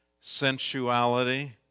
sensuality